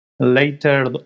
Later